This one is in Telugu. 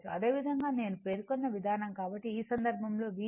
అదేవిధంగా నేను పేర్కొన్న విధానం కాబట్టి ఈ సందర్భంలో V